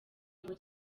ngo